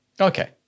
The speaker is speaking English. Okay